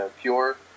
pure